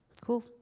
cool